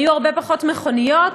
היו הרבה פחות מכוניות,